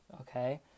okay